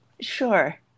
Sure